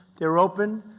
they are open,